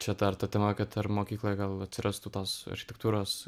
čia dar ta tema kad ir mokykla gal atsirastų tos architektūros